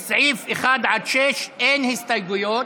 לסעיף 1 עד 6 אין הסתייגויות,